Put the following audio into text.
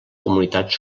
comunitats